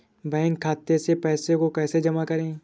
Bank खाते से पैसे को कैसे जमा करें?